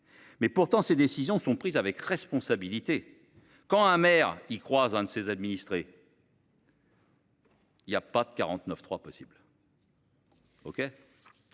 vrai. Néanmoins, ces décisions sont prises avec responsabilité : quand un maire croise l’un de ses administrés, il n’y a pas de 49.3 possible